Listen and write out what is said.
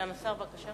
סגן השר, בבקשה.